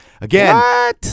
Again